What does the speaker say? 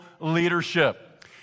leadership